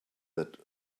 that